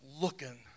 looking